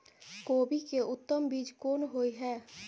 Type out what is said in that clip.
कोबी के उत्तम बीज कोन होय है?